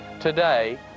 Today